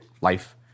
life